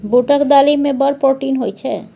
बूटक दालि मे बड़ प्रोटीन होए छै